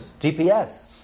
GPS